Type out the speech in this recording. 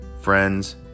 friends